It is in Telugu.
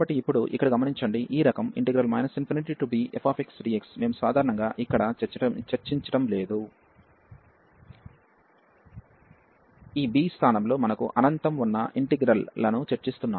కాబట్టి ఇప్పుడు ఇక్కడ గమనించండి ఈ రకం ∞bfxdx మేము సాధారణంగా ఇక్కడ చర్చించటం లేదు ఈ b స్థానంలో మనకు అనంతం ఉన్న ఇంటిగ్రల్ లను చర్చిస్తున్నాము